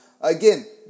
Again